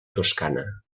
toscana